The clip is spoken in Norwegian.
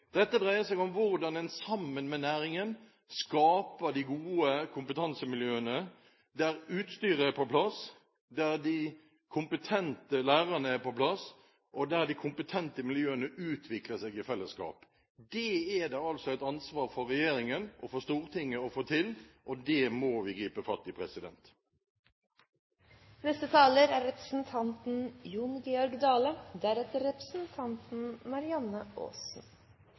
Dette dreier seg om hvordan en sammen med næringen skaper de gode kompetansemiljøene, der utstyret er på plass, der de kompetente lærerne er på plass, og der de kompetente miljøene utvikler seg i fellesskap. Det er det altså regjeringens og Stortingets ansvar å få til, og det må vi gripe fatt i. Det litt morosame når ein høyrer representantane frå SV, inkludert statsråden, snakke i dag, er